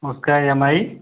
उसका A M I